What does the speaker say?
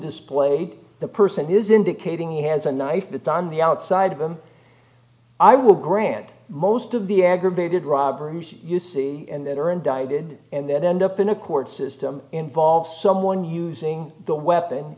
displayed the person is indicating he has a knife that done the outside of them i will grant most of the aggravated robbery you see that are indicted and then end up in a court system involves someone using the weapon